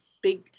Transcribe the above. Big